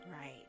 right